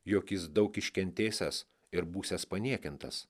jog jis daug iškentėsiąs ir būsiąs paniekintas